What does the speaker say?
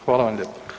Hvala vam lijepo.